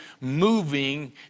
moving